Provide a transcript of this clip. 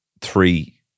three